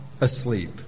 asleep